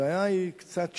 הבעיה היא קצת שונה,